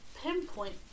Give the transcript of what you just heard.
pinpoint